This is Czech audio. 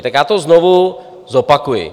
Tak já to znovu zopakuji.